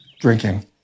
drinking